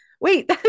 Wait